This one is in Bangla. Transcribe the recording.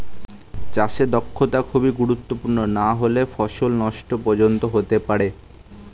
চাষে দক্ষতা খুবই গুরুত্বপূর্ণ নাহলে ফসল নষ্ট পর্যন্ত হতে পারে